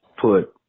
put